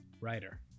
writer